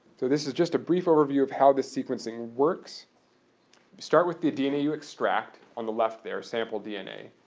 so this is just a brief overview of how the sequencing works. we start with the dna you extract, on the left there, sample dna.